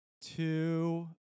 Two